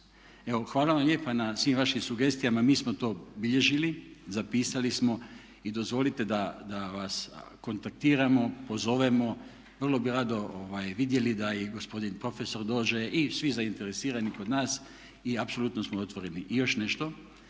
Evo hvala vam lijepa na svim vašim sugestijama, mi smo to bilježili, zapisali smo i dozvolite da vas kontaktiramo, pozovemo. Vrlo bi rado vidjeli da i gospodin profesor dođe i svi zainteresirani kod nas i apsolutno smo otvoreni. I još nešto,